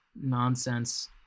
nonsense